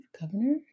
governor